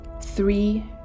Three